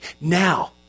Now